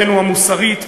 עמדתנו המוסרית,